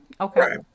Okay